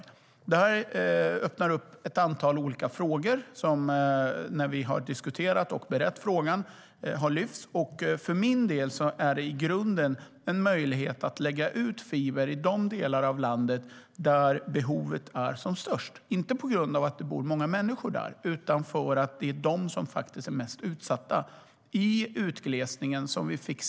Detta öppnar upp ett antal olika frågor som har lyfts fram när vi har diskuterat och berett frågan. För min del är det i grunden en möjlighet att lägga ut fiber i de delar av landet där behovet är som störst, inte på grund av att det bor många människor där utan för att det är de som faktiskt är mest utsatta vid utglesningen av offentlig service.